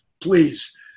please